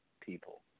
people